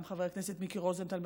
גם חבר הכנסת מיקי רוזנטל,